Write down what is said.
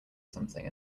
something